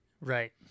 Right